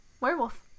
Werewolf